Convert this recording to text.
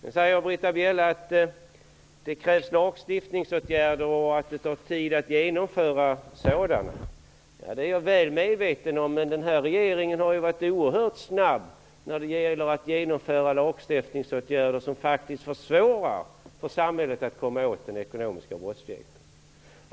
Britta Bjelle sade att det krävs lagstiftningsåtgärder och att det tar tid att genomföra sådana. Det är jag väl medveten om, men denna regering har varit oerhört snabb när det gällt att genomföra lagstiftningsåtgärder som faktiskt försvårar för samhället att komma åt den ekonomiska brottsligheten.